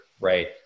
right